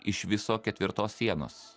iš viso ketvirtos sienos